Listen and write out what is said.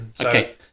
Okay